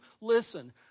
listen